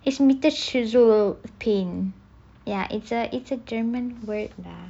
it's a pain ya it's a it's a german word